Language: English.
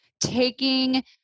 taking